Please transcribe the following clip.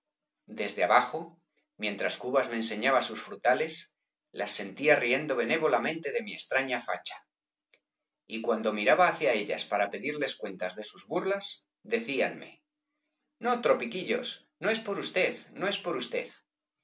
desde abajo mientras cubas me enseñaba sus frutales las sentía riendo benévolamente de mi extraña facha y cuando miraba hacia ellas para pedirles cuentas de sus burlas decíanme no tropiquillos no es por usted no es por usted